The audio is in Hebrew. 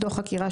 דוח חקירה,